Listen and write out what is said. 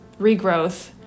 regrowth